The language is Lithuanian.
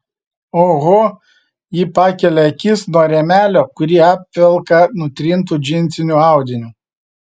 oho ji pakelia akis nuo rėmelio kurį apvelka nutrintu džinsiniu audiniu